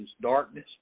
darkness